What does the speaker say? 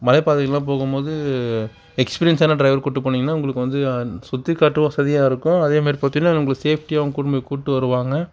மலைப் பாதைக்கெலாம் போகும் போது எக்ஸ்பீரியன்ஸ்சான ட்ரைவரை கூட்டு போனீங்னால் உங்களுக்கு வந்து சுற்றி காட்டவும் வசதியாக இருக்கும் அதே மாதிரி பார்த்தீங்னா வந்து உங்களை சேஃப்ட்டியாகவும் கூட்டின்னு போய் கூட்டிகிட்டு வருவாங்க